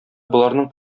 боларның